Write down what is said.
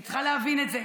אני צריכה להבין את זה,